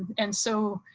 and so